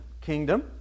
kingdom